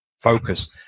focus